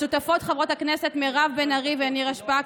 לשותפות חברות הכנסת מירב בן ארי ונירה שפק,